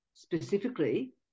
Specifically